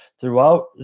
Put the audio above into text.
throughout